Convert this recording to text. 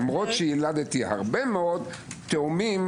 למרות שיילדתי הרבה מאוד תאומים,